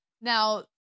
Now